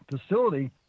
facility